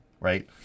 right